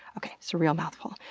okay, it's a real mouthful.